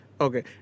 Okay